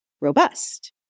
robust